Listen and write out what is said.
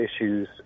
issues